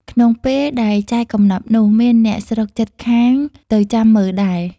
ក្នុងពេលដែលចែកកំណប់នោះ៖ មានអ្នកស្រុកជិតខាងទៅចាំមើលដែរ ។